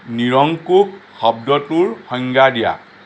নিৰংকুশ শব্দটোৰ সংজ্ঞা দিয়া